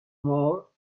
more